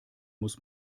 muss